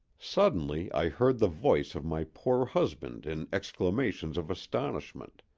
suddenly i heard the voice of my poor husband in exclamations of astonishment,